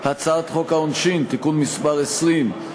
הצעת חוק העונשין (תיקון מס' 120)